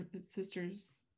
Sisters